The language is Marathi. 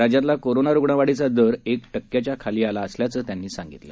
राज्यातला कोरोनारुग्णवाढीचा दर एक टक्क्याच्या खाली आला असल्याचं त्यांनी सांगितलं